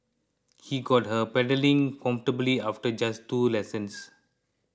he got her pedalling comfortably after just two lessons